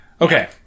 okay